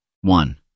one